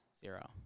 Zero